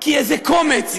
כי איזה קומץ,